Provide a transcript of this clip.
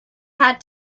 had